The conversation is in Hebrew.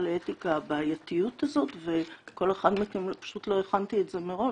לאתיקה הבעייתיות הזאת וכל אחד מכם --- פשוט לא הכנתי את זה מראש,